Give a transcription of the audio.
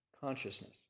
consciousness